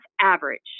average